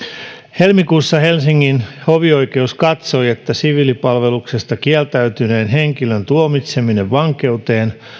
helmikuussa helsingin hovioikeus katsoi että siviilipalveluksesta kieltäytyneen henkilön tuomitseminen vankeuteen